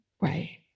right